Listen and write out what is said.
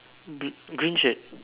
blue green shirt